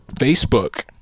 Facebook